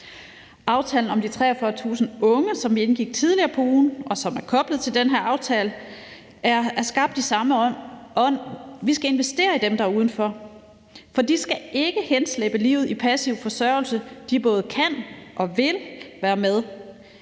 Aftalen om de 43.000 unge, som vi indgik tidligere på ugen, og som er koblet til den her aftale, er skabt i samme ånd. Vi skal investere i dem, der er udenfor, for de skal ikke henslæbe livet i passiv forsørgelse. De både kan og vil være med.